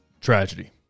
tragedy